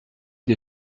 des